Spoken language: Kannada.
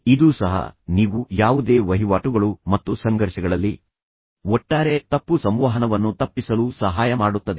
ಇದು ಸಹ ನೀವು ಯಾವುದೇ ವಹಿವಾಟುಗಳು ಮತ್ತು ಸಂಘರ್ಷಗಳಲ್ಲಿ ಒಟ್ಟಾರೆ ತಪ್ಪು ಸಂವಹನವನ್ನು ತಪ್ಪಿಸಲು ಸಹಾಯ ಮಾಡುತ್ತದೆ